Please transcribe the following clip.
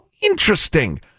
interesting